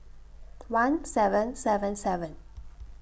one seven seven seven